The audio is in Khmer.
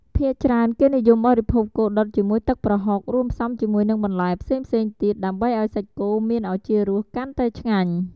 ភាគច្រើន គេនិយមបរិភោគគោដុតជាមួយទឹកប្រហុក រួមផ្សំជាមួយនឹងបន្លែផ្សេងៗទៀត ដើម្បីឱ្យសាច់គោមានឱជារសកាន់តែឆ្ងាញ់។